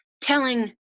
telling